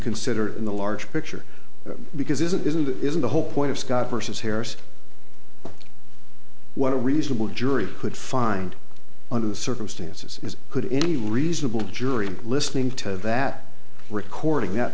consider the larger picture because it isn't it isn't the whole point of scott versus harris what a reasonable jury could find under the circumstances is could any reasonable jury listening to that recording that